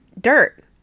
dirt